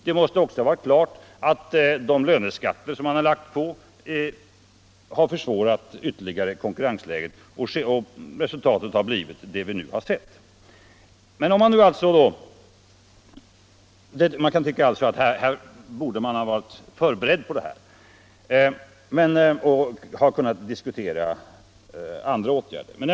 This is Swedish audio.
Det måste också ha varit klart att de löneskatter man lagt på ytterligare försvårat konkurrensläget. Man borde alltså ha varit förberedd och kunnat diskutera andra åtgärder.